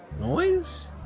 Noise